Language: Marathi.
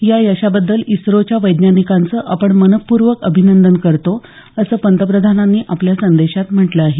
या यशाबद्दल इस्रोच्या वैज्ञानिकांचं आपण मनपूर्वक अभिनंदन करतो असं पंतप्रधानांनी आपल्या संदेशात म्हटलं आहे